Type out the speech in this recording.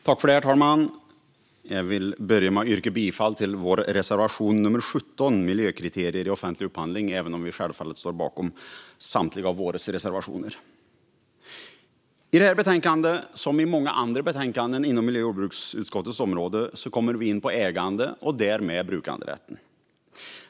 Herr talman! Jag vill börja med att yrka bifall till vår reservation 17 om miljökriterier i offentlig upphandling, även om vi självfallet står bakom samtliga våra reservationer. I det här betänkandet, som i många andra betänkanden inom miljö och jordbruksutskottets område, kommer vi in på ägande och därmed brukanderätten.